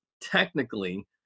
technically